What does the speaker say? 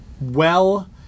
well-